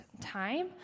time